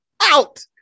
out